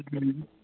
हुँ